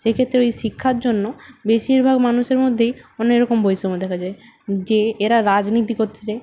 সেক্ষেত্রে ওই শিক্ষার জন্য বেশিরভাগ মানুষের মধ্যেই অনেকরকম বৈষম্য দেখা যায় যে এরা রাজনীতি করতেছে